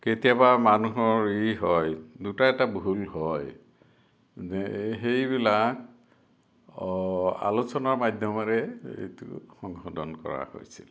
কেতিয়াবা মানুহৰ ই হয় দুটা এটা ভুল হয় সেইবিলাক অঁ আলোচনাৰ মাধ্যমেৰে হয়তো সংশোধন কৰা হৈছিল